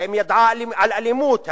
האם ידעה על אלימות,